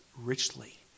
richly